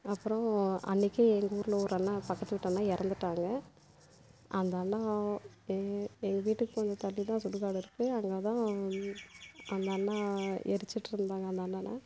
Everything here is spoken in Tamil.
அப்புறம் அன்றைக்கே எங்கள் ஊரில் ஒரு அண்ணா பக்கத்து வீட்டு அண்ணா இறந்துட்டாங்க அந்த அண்ணா எங்கள் வீட்டுக்கு கொஞ்சம் தள்ளி தான் சுடுகாடு இருக்குது அங்கே தான் அந்த அண்ணா எரிச்சுட்டுருந்தாங்க அந்த அண்ணன்